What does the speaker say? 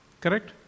Correct